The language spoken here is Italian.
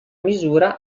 misura